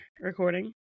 recording